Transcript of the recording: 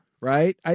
Right